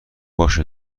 باشه